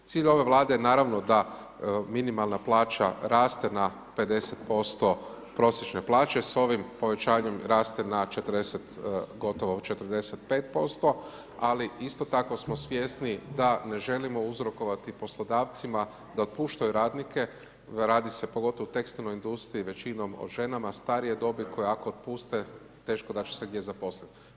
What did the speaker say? Cilj ove Vlade naravno da minimalna plaća raste na 50% prosječne plaće s ovim povećanjem raste na 40 gotovo 45% ali isto tako smo svjesni da ne želimo uzrokovati poslodavcima da otpuštaju radnike, radi se pogotovo u tekstilnoj industriji većinom o ženama starije dobi koje ako otpuste teško da će se gdje zaposliti.